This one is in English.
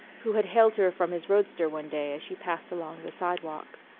who had hailed her from his roadster one day as she passed along the sidewalk.